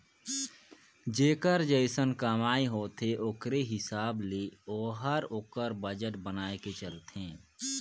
जेकर जइसन कमई होथे ओकरे हिसाब ले ओहर ओकर बजट बनाए के चलथे